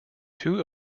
two